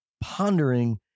pondering